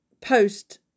post